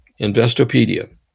Investopedia